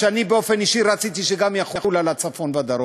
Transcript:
ואני באופן אישי רציתי שזה גם יחול על הצפון והדרום,